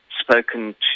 spoken